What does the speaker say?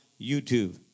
YouTube